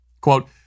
Quote